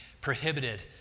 prohibited